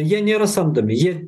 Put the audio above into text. jie nėra samdomi